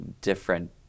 different